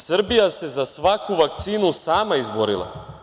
Srbija se za svaku vakcinu sama izborila.